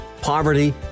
poverty